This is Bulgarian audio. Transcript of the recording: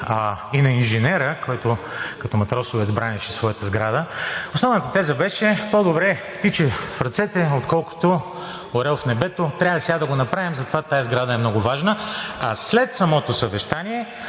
и инженерът, който като матросовец бранеше своята сграда, беше: „по-добре птиче в ръцете, отколкото орел в небето“. Трябва сега да го направим и затова тази сграда е много важна. След самото съвещание